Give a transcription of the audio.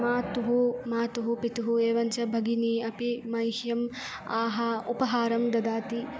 माता माता पिता एवञ्च भगिनी अपि मैह्यम् आहा उपहारं ददति